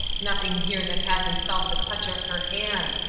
nothing here that hasn't felt the touch of her hand.